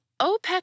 OPEC